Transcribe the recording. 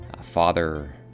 father